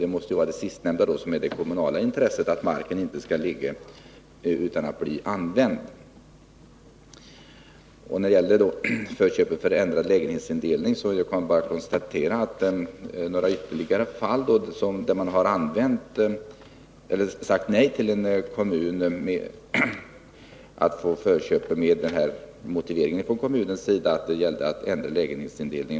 Det måste vara det sistnämnda som är det kommunala intresset, alltså att marken inte blir liggande utan att användas. När det gäller förköp för ändrad lägenhetsindelning kan jag bara konstatera att det inte har förekommit några fall, där man har nekat en kommun, som velat förköpa med motiveringen att det gällde ändrad lägenhetsindelning.